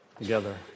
together